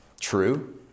True